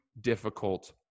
difficult